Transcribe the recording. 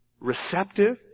receptive